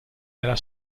della